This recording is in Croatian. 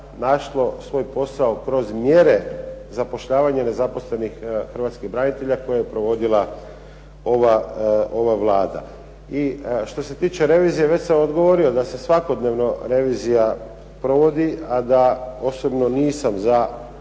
našao svoj posao kroz mjere zapošljavanja nezaposlenih Hrvatskih branitelja koje je provodila ova Vlada. I što se tiče revizije, već sam odgovorio da se svakodnevno revizija provodi, a da osobno nisam